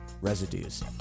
residues